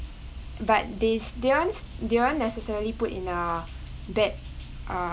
but they ar~ they aren't necessary put in a bad err